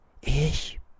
»Ich